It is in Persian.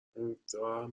امیدوارم